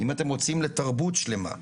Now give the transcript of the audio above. ואם אתם רוצים לתרבות שלמה.